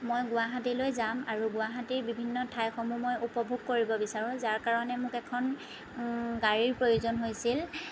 মই গুৱাহাটী লৈ যাম আৰু গুৱাহটীৰ বিভিন্ন ঠাইসমূহ মই উপভোগ কৰিব বিছাৰোঁ যাৰ কাৰণে মোক এখন গাড়ীৰ প্ৰয়োজন হৈছিল